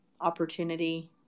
opportunity